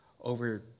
over